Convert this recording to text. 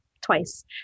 twice